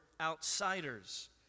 outsiders